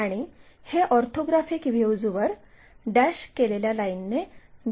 आणि हे ऑर्थोग्राफिक व्ह्यूजवर डॅश केलेल्या लाईनने दाखवले जाते